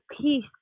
peace